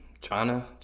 China